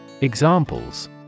Examples